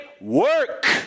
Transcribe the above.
work